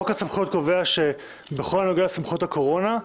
הסמכויות קובע שבכל הנוגע לסמכויות הקורונה,